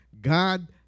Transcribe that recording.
God